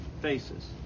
faces